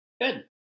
Good